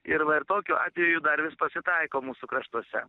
ir va ir tokių atvejų dar vis pasitaiko mūsų kraštuose